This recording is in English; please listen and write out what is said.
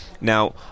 Now